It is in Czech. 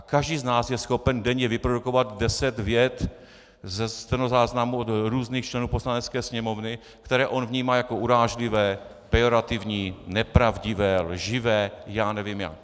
Každý z nás je schopen denně vyprodukovat deset vět ze stenozáznamu od různých členů Poslanecké sněmovny, které on vnímá jako urážlivé, pejorativní, nepravdivé, lživé, já nevím jak.